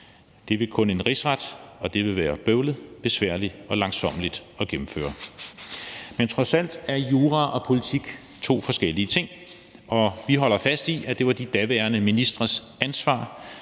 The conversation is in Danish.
Det vil kun en rigsret, og det vil være bøvlet, besværligt og langsommeligt at gennemføre. Men trods alt er jura og politik to forskellige ting, og vi holder fast i, at det var de daværende ministres ansvar,